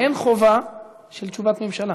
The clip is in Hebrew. אין חובה של תשובת ממשלה.